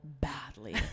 badly